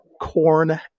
corn